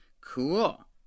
Cool